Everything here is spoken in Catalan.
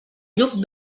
lluc